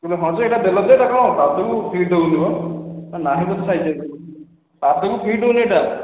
ତୁମେ ହଁ ଯେ ଏଇଟା ଦେଲ ଯେ ଏଇଟା କ'ଣ ପାଦକୁ ଫିଟ୍ ହେଉନି ମ ପାଦକୁ ଫିଟ୍ ହେଉନି ଏଇଟା